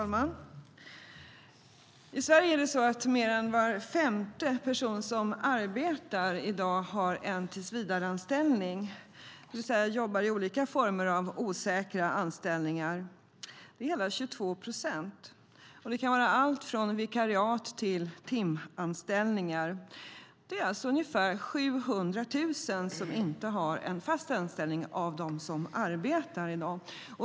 Fru talman! I Sverige har i dag mer än var femte person som arbetar en visstidsanställning, det vill säga att de jobbar i olika former av osäkra anställningar. Det är hela 22 procent. Det kan vara allt från vikariat till timanställningar. Det är alltså ungefär 700 000 av dem som arbetar i dag som inte har en fast anställning.